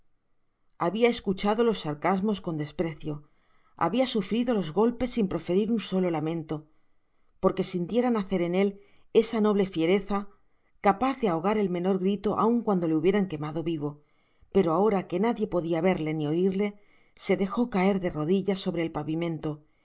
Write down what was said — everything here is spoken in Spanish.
habia escuchado los sarcasmos coa desprecio habia sufrido los golpes sin proferir un solo lamento por que sintiara nacer en el esa noble fiereza capaz de ahogar el menor grito aun cuando le hubieran quemado vivo pero ahora que nadie podia verle ni oirle se dejo caer de rodillas sobre el pavimento